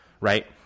right